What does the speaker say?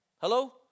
Hello